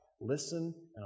Listen